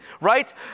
right